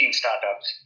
startups